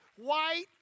white